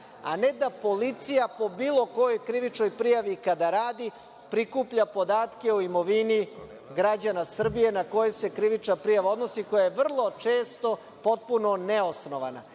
a ne da policija po bilo kojoj krivičnoj prijavi kada radi prikuplja podatke o imovini građana Srbije na koje se krivična prijava odnosi, koja je vrlo često, potpuno neosnovana.